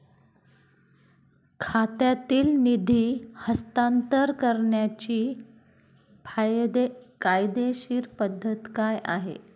खात्यातील निधी हस्तांतर करण्याची कायदेशीर पद्धत काय आहे?